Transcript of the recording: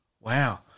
Wow